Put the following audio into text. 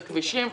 בכבישים,